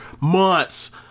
months